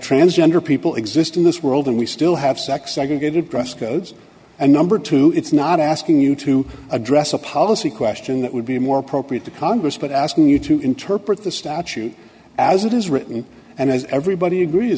transgender people exist in this world and we still have sex segregated dress codes and number two it's not asking you to address a policy question that would be more appropriate to congress but asking you to interpret the statute as it is written and as everybody agrees